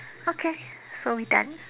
okay so we done